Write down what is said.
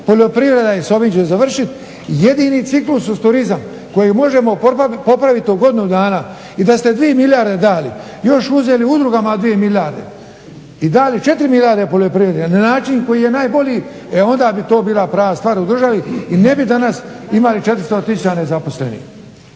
Poljoprivreda je, i s ovim ću završiti, jedini ciklus uz turizam kojeg možemo popraviti u godinu dana. I da ste 2 milijarde dali još uzeli udrugama 2 milijarde i dali 4 milijarde poljoprivredi, a na način koji je najbolji e onda bi to bila prava stvar u državi i ne bi danas imali 400 000 nezaposleni.